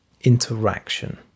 interaction